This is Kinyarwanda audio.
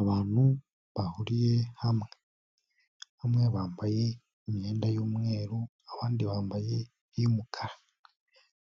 Abantu bahuriye hamwe, bamwe bambaye imyenda y'umweru abandi bambaye iy'umukara,